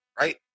Right